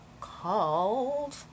called